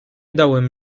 dałem